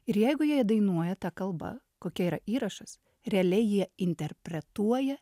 ir jeigu jie dainuoja ta kalba kokia yra įrašas realiai jie interpretuoja